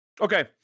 Okay